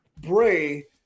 Bray